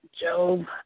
Job